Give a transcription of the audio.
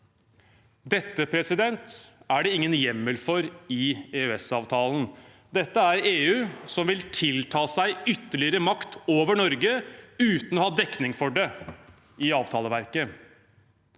Dette er det ingen hjemmel for i EØS-avtalen. Dette er EU som vil tilta seg ytterligere makt over Norge, uten å ha dekning for det i avtaleverket.